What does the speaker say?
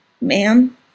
ma'am